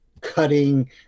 cutting